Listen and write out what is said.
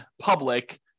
public